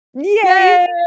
Yay